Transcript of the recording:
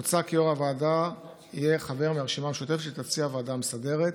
מוצע כי יו"ר הוועדה יהיה חבר מהרשימה המשותפת שתציע הוועדה המסדרת.